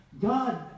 God